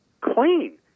clean